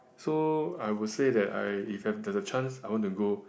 so I would say that I if I there's a chance I want to go